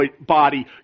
body